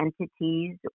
entities